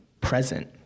present